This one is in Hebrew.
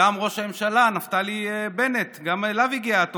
גם ראש הממשלה נפתלי בנט, גם אליו הגיעה התופעה,